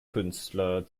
künstler